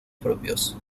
propios